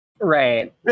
right